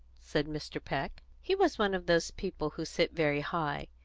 said mr. peck. he was one of those people who sit very high,